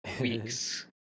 weeks